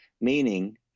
meaning